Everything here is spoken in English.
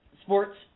sports